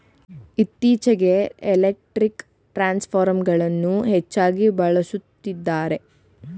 ಇತ್ತೀಚೆಗೆ ಎಲೆಕ್ಟ್ರಿಕ್ ಟ್ರಾನ್ಸ್ಫರ್ಗಳನ್ನು ಹೆಚ್ಚಾಗಿ ಬಳಸುತ್ತಿದ್ದಾರೆ